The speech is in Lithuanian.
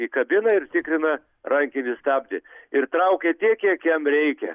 į kabiną ir tikrina rankinį stabdį ir traukia tiek kiek jam reikia